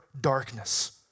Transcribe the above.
darkness